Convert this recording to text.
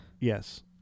Yes